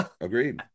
Agreed